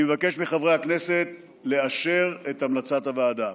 אני מבקש מחברי הכנסת לאשר את המלצת הוועדה.